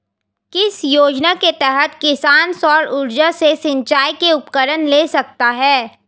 किस योजना के तहत किसान सौर ऊर्जा से सिंचाई के उपकरण ले सकता है?